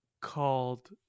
called